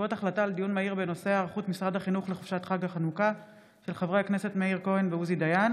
בעקבות דיון מהיר בהצעתם של חברי הכנסת מאיר כהן ועוזי דיין